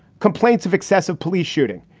complaints of excessive police shooting.